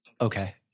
okay